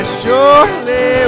surely